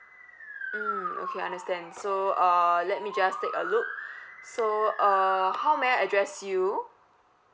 mm okay I understand so uh let me just take a look so err how may I address you